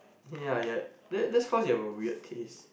ya ya that's that's cause you have a weird taste